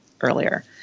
earlier –